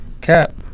Cap